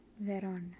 thereon